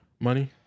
Money